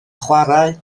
chwarae